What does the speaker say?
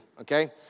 okay